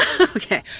Okay